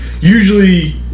usually